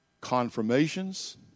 confirmations